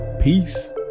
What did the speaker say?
peace